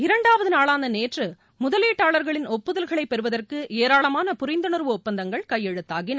இரண்டாவது நாளான நேற்று முதலீட்டாளர்களின் ஒப்புதல்களை பெறுவதற்கு ஏராளமான புரிந்துணர்வு ஒப்பந்தங்கள் கையெழுத்தாகின